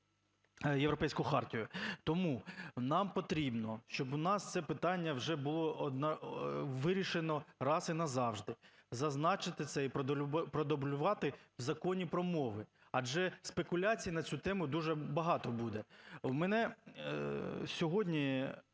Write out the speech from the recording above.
Європейську хартію. Тому нам потрібно, щоб у нас це питання вже було вирішено раз і назавжди, зазначити це і продублювати в Законі про мови, адже спекуляцій на цю тему дуже багато буде. В мене сьогодні